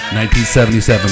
1977